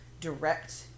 direct